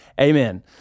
amen